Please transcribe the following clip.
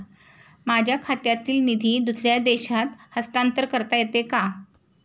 माझ्या खात्यातील निधी दुसऱ्या देशात हस्तांतर करता येते का?